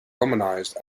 romanized